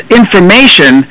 information